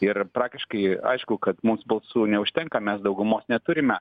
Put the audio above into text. ir praktiškai aišku kad mums balsų neužtenka mes daugumos neturime